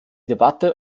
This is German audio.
debatte